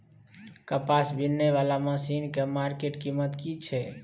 कपास बीनने वाला मसीन के मार्केट कीमत की छै?